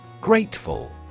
Grateful